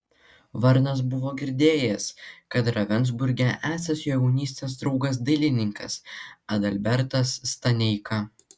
varnas buvo girdėjęs kad ravensburge esąs jo jaunystės draugas dailininkas adalbertas staneika